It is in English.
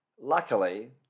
luckily